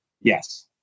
Yes